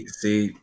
see